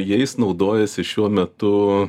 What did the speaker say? jais naudojasi šiuo metu